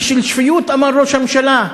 אי של שפיות, אמר ראש הממשלה?